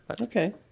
Okay